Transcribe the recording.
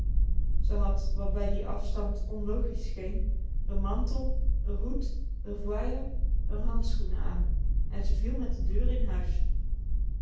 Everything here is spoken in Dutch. ze had wat bij dien afstand onlogisch scheen r mantel r hoed r voile r handschoenen aan en ze viel met de deur in huis